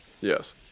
Yes